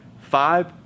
five